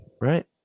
right